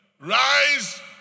Rise